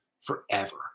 forever